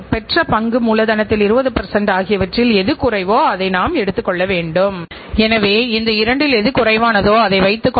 எனவே நாம் நிர்ணயிக்கப்பட்ட வெளியீடுகளை பெறுவதற்கு எவ்வளவு உள்ளீடுகள் கொடுக்கப்படவேண்டும் என்பது உற்பத்தித் திறனால் வெளிப்படுகிறது